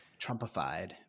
Trumpified